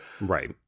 right